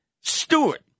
Stewart